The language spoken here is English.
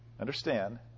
understand